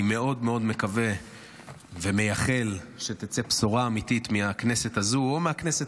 אני מאוד מאוד מקווה ומייחל שתצא בשורה אמיתית מהכנסת הזו או מהכנסת